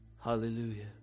Hallelujah